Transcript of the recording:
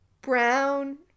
brown